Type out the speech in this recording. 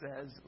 says